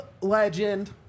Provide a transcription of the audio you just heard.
legend